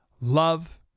Love